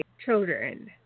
children